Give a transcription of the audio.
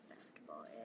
basketball